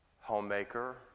homemaker